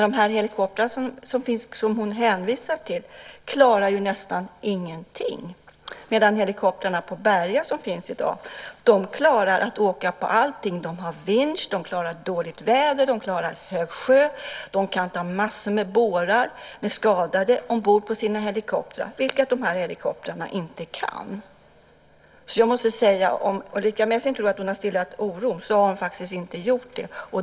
De helikoptrar som hon hänvisar till klarar ju nästan ingenting, medan de helikoptrar som i dag finns på Berga klarar att åka ut på allting. De har vinsch, de klarar dåligt väder och de klarar hög sjö. De kan också ta massor med bårar med skadade ombord, vilket de andra helikoptrarna inte kan. Om Ulrica Messing tror att hon har stillat oron, måste jag säga att hon faktiskt inte har gjort det.